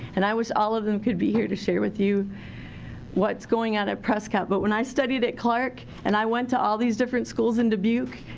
and i wish all of them could be here to share with you what's going on at prescott. but when i studied at clarke and i went to all these different schools in dubuque.